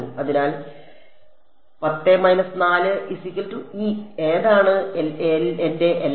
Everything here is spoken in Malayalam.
അതിനാൽ ഏതാണ് എന്റെ എല്ലാം